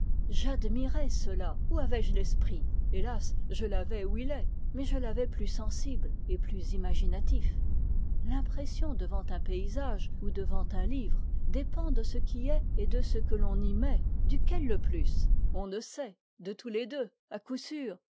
j'admirais cela où avais-je l'esprit hélas je l'avais où il est mais je l'avais plus sensible et plus imaginatif l'impression devant un paysage ou devant un livre dépend de ce qui y est et de ce que l'on y met duquel le plus on ne sait de tous les deux à coup sûr